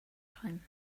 time